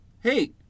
hey